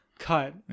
Cut